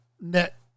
net